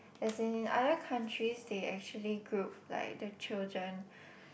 as in other countries they actually good like the children